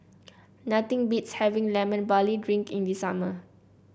nothing beats having Lemon Barley Drink in the summer